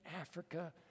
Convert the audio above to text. Africa